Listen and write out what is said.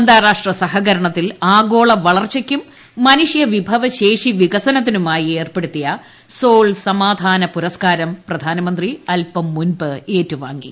അന്താരാഷ്ട്ര സഹകരണത്തിൽ ആഗോള വളർച്ചയ്ക്കും മനുഷ്യ വിഭവശേഷി വികസനത്തിനുമായി ഏർപ്പെടുത്തിയ സോൾ സമാധാന പുരസ് കാരം പ്രധാനമന്ത്രി അൽപ്പം മുൻപ് ഏറ്റുവാങ്ങി